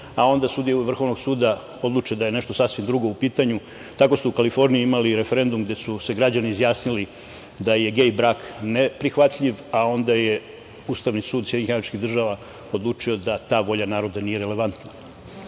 a onda sudije Vrhovnog suda odluče da je nešto sasvim drugo u pitanju. Tako smo u Kaliforniji imali referendum gde su se građani izjasnili da je gej brak neprihvatljiv, a onda je Ustavni sud SAD odlučio da ta volja naroda nije relevantna. Drugo,